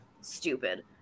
stupid